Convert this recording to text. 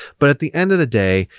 but at the end of the day,